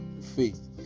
faith